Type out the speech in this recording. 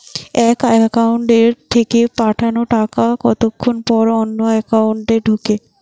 এক একাউন্ট থেকে পাঠানো টাকা কতক্ষন পর অন্য একাউন্টে ঢোকে?